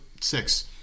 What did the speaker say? six